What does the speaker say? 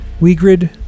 WeGrid